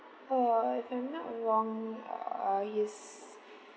uh if I'm not wrong uh he's